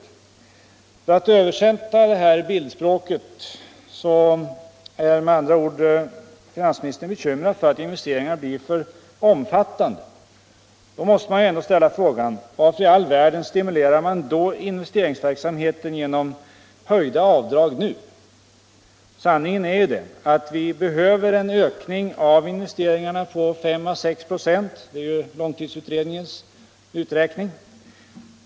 Om man skall översätta det här bildspråket är finansministern alltså bekymrad för att investeringarna skall bli för omfattande. Då måste man ställa frågan: Varför i all världen stimulerar man då investeringsverksamheten genom höjda avdrag nu? Sanningen är den att vi behöver en ökning på 5 å 6 26 av investeringarna — det är långtidsutredningens uträkning.